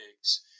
eggs